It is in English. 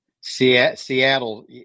Seattle